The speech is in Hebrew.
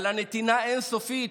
על הנתינה האין-סופית.